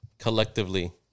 Collectively